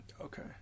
okay